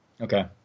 Okay